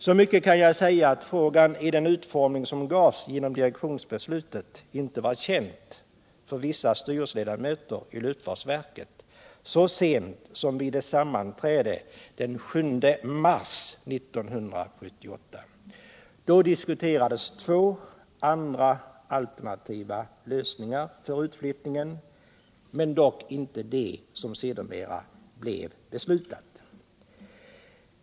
Så mycket kan jag säga att direktionsbeslutet i den utformning som det fick inte var känt för ledamöter i luftfartsverkets styrelse så sent som vid dess sammanträde den 7 mars 1978. Då diskuterades två andra alternativa lösningar för utflyttning, dock inte det alternativ som direktionen sedermera fattade beslut om.